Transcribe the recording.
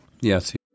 Yes